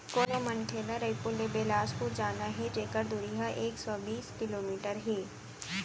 कोनो मनखे ल रइपुर ले बेलासपुर जाना हे जेकर दूरी ह एक सौ बीस किलोमीटर हे